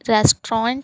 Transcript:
restaurant